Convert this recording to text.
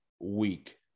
week